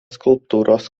skulptūros